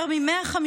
יותר מ-150